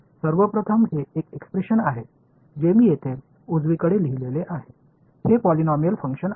तर सर्वप्रथम हे एक एक्सप्रेशन आहे जे मी येथे उजवीकडे लिहिलेले आहे हे पॉलिनॉमियल फंक्शन आहे